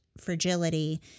fragility